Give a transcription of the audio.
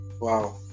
Wow